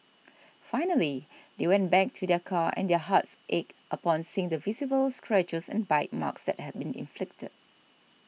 finally they went back to their car and their hearts ached upon seeing the visible scratches and bite marks that had been inflicted